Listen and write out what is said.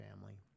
family